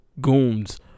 goons